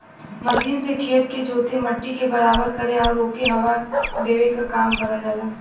machine से खेत के जोते, मट्टी के बराबर करे आउर ओके हवा देवे क काम करल जाला